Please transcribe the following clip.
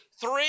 three